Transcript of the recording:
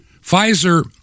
Pfizer